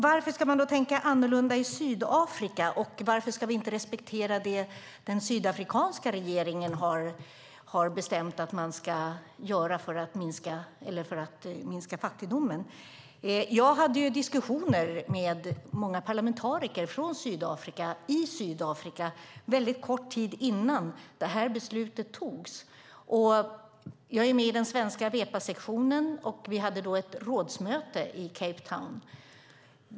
Varför ska vi då tänka annorlunda när det gäller Sydafrika och inte respektera det som den sydafrikanska regeringen har bestämt att man ska göra för att minska fattigdomen? Jag hade diskussioner med många parlamentariker från Sydafrika i Sydafrika väldigt kort tid innan det här beslutet fattades. Jag är med i den svenska WEPA-sektionen, och vi hade ett rådsmöte i Kapstaden.